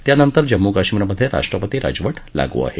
त्यानंतर जम्मू कश्मिरमधे राष्ट्रपती राजवट लागू आहे